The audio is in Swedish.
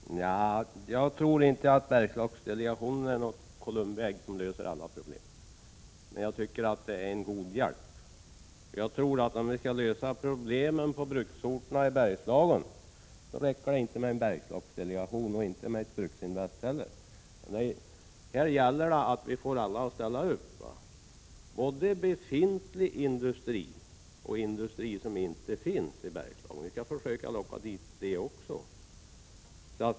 Herr talman! Jag tror inte att Bergslagsdelegationen är något Columbi ägg som löser alla problem, men jag tycker att den är till god hjälp. Jag tror att om vi skall lösa problemen på bruksorterna i Bergslagen räcker det inte med en Bergslagsdelegation och inte heller med ett Bruksinvest. Här gäller det att få alla att ställa upp, både befintlig industri och industri som inte finns i Bergslagen — vi skall försöka locka dit industrier också.